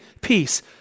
peace